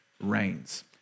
reigns